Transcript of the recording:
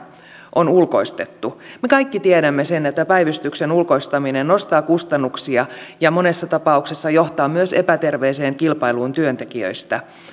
on ulkoistettu me kaikki tiedämme sen että päivystyksen ulkoistaminen nostaa kustannuksia ja monessa tapauksessa johtaa myös epäterveeseen kilpailuun työntekijöistä